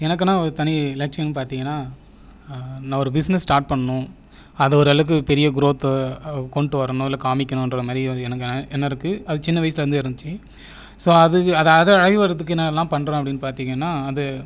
எனக்கென்ன ஒரு தனி இலட்சியம்னு பார்த்தீங்கன்னா நான் ஒரு பிசினஸ் ஸ்டார்ட் பண்ணணும் அது ஓர் அளவுக்கு பெரிய குரோத்து கொண்டுட்டு வரணும் இல்லை காமிக்கணும்ங்ற மாதிரி என்ற எண்ணம் இருக்குது அது சின்ன வயசில் இருந்தே இருந்துச்சு ஸோ அது அதை அடைகிறதுக்கு நான் என்னெல்லாம் பண்ணுறேன் அப்படின்னு பார்த்தீங்கன்னா அது